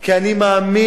כי אני מאמין